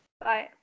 Bye